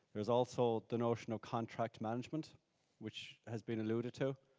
there is also the notion of contract management which has been alluded to.